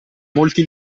molti